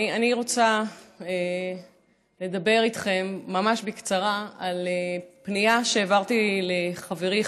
אני רוצה לדבר איתכם ממש בקצרה על פנייה שהעברתי לחברי,